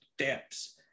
steps